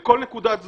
בכל נקודת זמן,